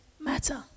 matter